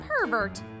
pervert